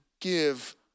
give